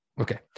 okay